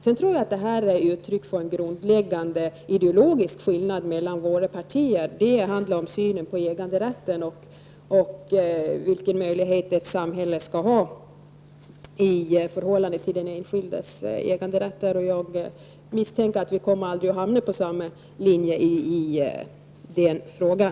Sedan tror jag att det här är ett uttryck för en grundläggande ideologisk skillnad mellan våra partier. Det handlar om synen på äganderätten och samhällets möjligheter i förhållande till den enskildes äganderätt. Jag misstänker att vi aldrig kommer att hamna på samma linje i den frågan.